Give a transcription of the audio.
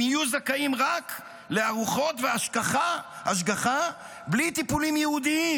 הם יהיו זכאים רק לארוחות והשגחה בלי טיפולים ייעודיים.